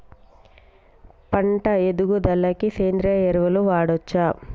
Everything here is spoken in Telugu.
పంట ఎదుగుదలకి సేంద్రీయ ఎరువులు వాడచ్చా?